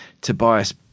Tobias